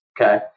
okay